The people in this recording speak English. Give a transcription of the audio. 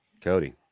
Cody